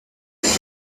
heute